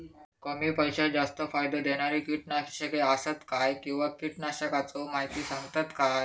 कमी पैशात जास्त फायदो दिणारी किटकनाशके आसत काय किंवा कीटकनाशकाचो माहिती सांगतात काय?